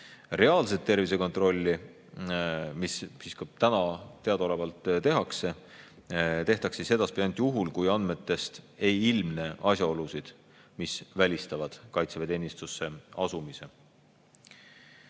Reaalset tervisekontrolli, mida ka praegu teadaolevalt tehakse, tehtaks edaspidi ainult juhul, kui andmetest ei ilmne asjaolusid, mis välistavad kaitseväeteenistusse asumise.